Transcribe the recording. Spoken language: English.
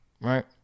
right